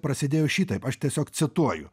prasidėjo šitaip aš tiesiog cituoju